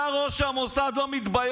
אתה, ראש המוסד, לא מתבייש?